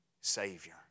Savior